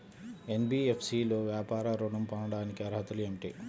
NBFC లో వ్యాపార ఋణం పొందటానికి అర్హతలు ఏమిటీ?